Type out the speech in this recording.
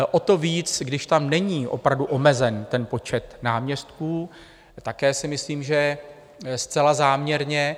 O to víc, když tam není opravdu omezen počet náměstků, také si myslím, že zcela záměrně.